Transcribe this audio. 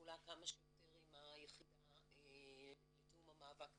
פעולה כמה שיותר עם היחידה לתיאום המאבק בגזענות.